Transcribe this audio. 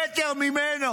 מטר ממנו